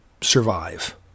survive